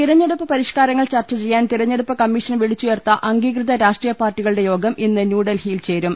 തെരഞ്ഞെടുപ്പ് പരിഷ്കാരങ്ങൾ ചർച്ച ചെയ്യാൻ തെരഞ്ഞെടുപ്പ് കമ്മീ ഷൻ വിളിച്ചുചേർത്ത അംഗീകൃത രാഷ്ട്രീയപാർട്ടികളുടെ യോഗം ഇന്ന് ന്യൂഡൽഹിയിൽ ചേരും